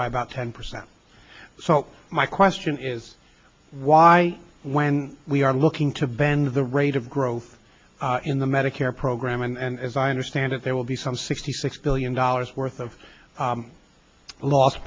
by about ten percent so my question is why when we are looking to bend the rate of growth in the medicare program and as i understand it there will be some sixty six billion dollars worth of